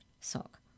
sock